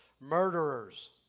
murderers